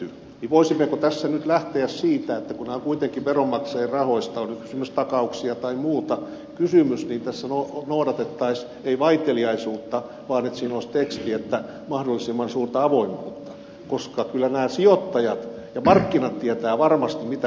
voisimmeko tässä nyt lähteä siitä että kun on kuitenkin veronmaksajien rahoista oli takauksia tai muuta kysymys niin tässä noudatettaisiin ei vaiteliaisuutta vaan että siinä olisi teksti että mahdollisimman suurta avoimuutta koska kyllä nämä sijoittajat ja markkinat tietävät varmasti mitä on tapahtumassa